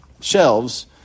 shelves